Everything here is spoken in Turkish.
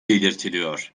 belirtiliyor